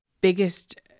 biggest